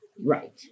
Right